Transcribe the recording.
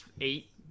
eight